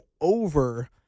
over